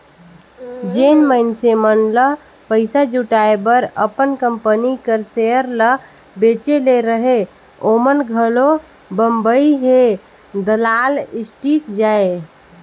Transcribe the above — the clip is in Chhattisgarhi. जेन मइनसे मन ल पइसा जुटाए बर अपन कंपनी कर सेयर ल बेंचे ले रहें ओमन घलो बंबई हे दलाल स्टीक जाएं